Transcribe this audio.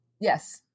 Yes